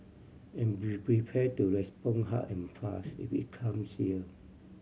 and be prepared to respond hard and fast it be comes here